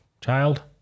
child